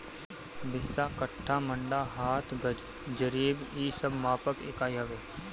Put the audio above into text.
बिस्सा, कट्ठा, मंडा, हाथ, गज, जरीब इ सब मापक इकाई हवे